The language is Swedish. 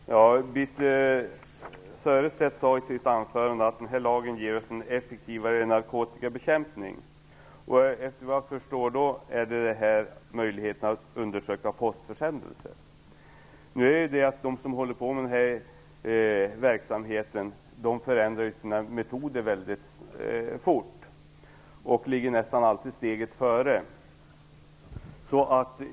Fru talman! Birthe Sörestedt sade i sitt anförande att den här lagstiftningen ger oss en effektivare narkotikabekämpning. Såvitt jag förstår gällde det då möjligheterna att undersöka postförsändelser. Men de som ägnar sig åt narkotikasmuggling förändrar sina metoder mycket fort och ligger nästan alltid steget före.